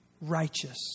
righteous